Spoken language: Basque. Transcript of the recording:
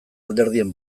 alderdien